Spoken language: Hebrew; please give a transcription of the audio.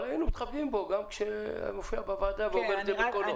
אבל היינו מתכבדים בו גם כשהוא היה מופיע בוועדה ואומר את הדברים בקולו.